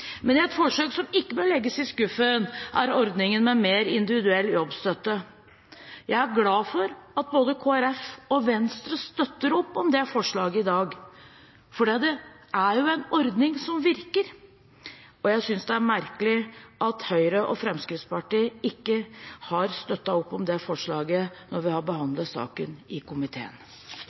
Et forsøk som ikke bør legges i skuffen, er ordningen med mer individuell jobbstøtte. Jeg er glad for at både Kristelig Folkeparti og Venstre støtter opp om det forslaget i dag, for det er jo en ordning som virker. Jeg synes det er merkelig at Høyre og Fremskrittspartiet ikke støttet opp om det forslaget da vi behandlet saken i komiteen.